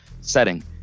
setting